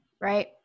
right